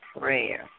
prayer